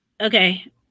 Okay